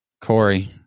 Corey